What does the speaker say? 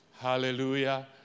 Hallelujah